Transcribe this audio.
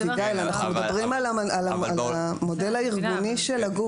אנחנו מדברים על המודל הארגוני של הגוף.